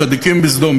צדיקים בסדום,